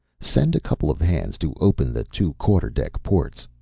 send a couple of hands to open the two quarter-deck ports,